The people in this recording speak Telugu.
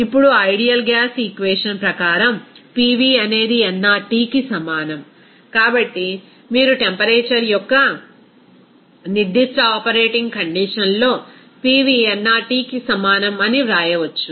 ఇప్పుడు ఆ ఐడియల్ గ్యాస్ ఈక్వేషన్ ప్రకారం PV అనేది nRTకి సమానం కాబట్టి మీరు టెంపరేచర్ యొక్క నిర్దిష్ట ఆపరేటింగ్ కండిషన్ లో PV nRTకి సమానం అని వ్రాయవచ్చు